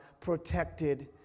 protected